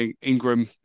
Ingram